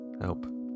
Help